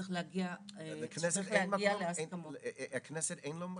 שצריך להגיע בו להסכמות --- אז לכנסת אין מקום?